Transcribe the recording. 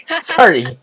Sorry